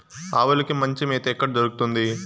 ఆవులకి మంచి మేత ఎక్కడ దొరుకుతుంది?